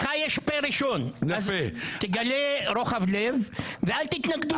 לך יש פ"א ראשון, אז תגלה רוחב לב ואל תתנגדו.